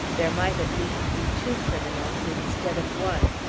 there might, at least, be two criminals instead of one.